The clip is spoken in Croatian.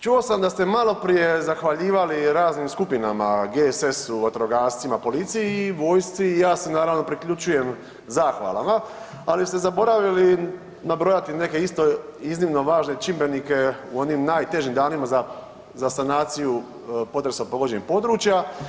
Čuo sam da ste maloprije zahvaljivali raznim skupinama GSS-u, vatrogascima, policiji i vojsci i ja se naravno priključujem zahvalama, ali ste zaboravili nabrojati neke isto iznimno važne čimbenike u onim najtežim danima za, za sanaciju potresom pogođenih područja.